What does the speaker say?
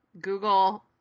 Google